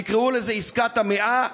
תקראו לזה עסקת המאה,